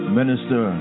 minister